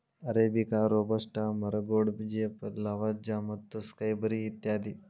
arabica, robusta, ಮರಗೋಡಜೇಪ್, Lavazza ಮತ್ತು ಸ್ಕೈಬರಿ ಇತ್ಯಾದಿ